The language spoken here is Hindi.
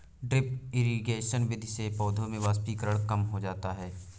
ड्रिप इरिगेशन विधि से पौधों में वाष्पीकरण कम हो जाता है